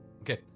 Okay